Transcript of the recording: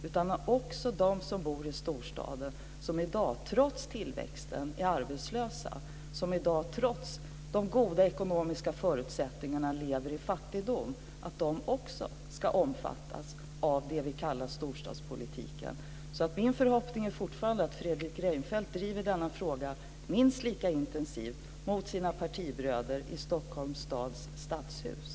Även de som bor i storstaden men som i dag, trots tillväxten, är arbetslösa, de som i dag, trots de goda ekonomiska förutsättningarna, lever i fattigdom ska omfattas av det vi kallar storstadspolitiken. Min förhoppning är fortfarande att Fredrik Reinfeldt driver denna fråga minst lika intensivt mot sina partibröder i Stockholms stadshus.